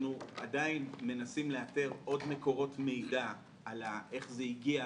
אנחנו עדיין מנסים לאתר עוד מקורות מידע על איך זה הגיע,